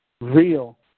real